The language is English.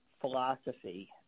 philosophy